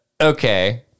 okay